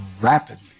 rapidly